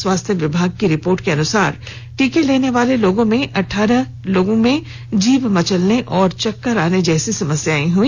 स्वास्थ विभाग की रिपोर्ट के अनुसार टीकालेने वाले लोगों में से अठारह लोगों को जीभ मचलने और चक्कर आने जैसी समस्याएं हई